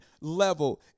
level